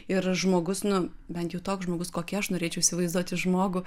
ir žmogus nu bent jau toks žmogus kokį aš norėčiau įsivaizduoti žmogų